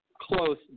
close